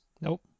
Nope